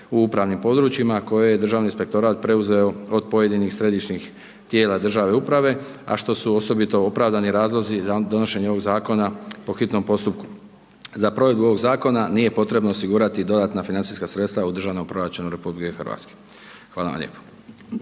u upravnim područjima koje je Državni inspektorat preuzeo od pojedinih središnjih tijela državne uprave, a što su osobito opravdani razlozi za donošenje ovog Zakona po hitnom postupku. Za provedbu ovog Zakona nije potrebno osigurati dodatna financijska sredstva u državnom proračunu Republike Hrvatske. Hvala vam lijepo.